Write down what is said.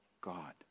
God